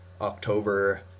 October